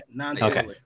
okay